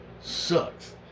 sucks